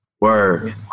Word